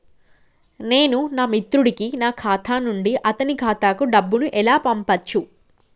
నేను నా మిత్రుడి కి నా ఖాతా నుండి అతని ఖాతా కు డబ్బు ను ఎలా పంపచ్చు?